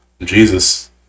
Jesus